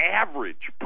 average